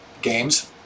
games